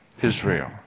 Israel